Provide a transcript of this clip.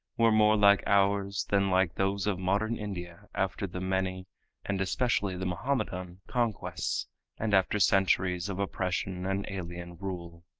were more like ours than like those of modern india after the, many and especially the mohammedan conquests and after centuries of oppression and alien rule.